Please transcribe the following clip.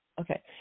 Okay